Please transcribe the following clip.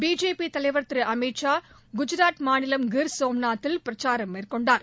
BJP தலைவர் திரு அமித் ஷா குஜராத் மாநிலம் கிர் சோம்நாத்தில் பிரச்சாரம் மேற்கொண்டுள்ளார்